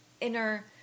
inner